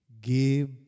Give